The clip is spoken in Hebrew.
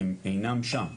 הם אינם שם,